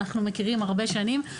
אנחנו מכירים הרבה שנים,